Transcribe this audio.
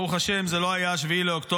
ברוך השם, זה לא היה 7 באוקטובר,